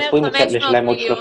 אוקיי,